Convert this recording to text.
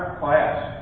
class